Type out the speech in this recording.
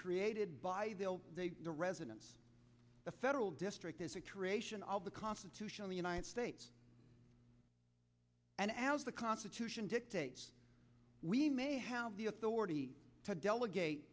created by the they are residents the federal district is a creation of the constitution of the united states and as the constitution dictates we may have the authority to delegate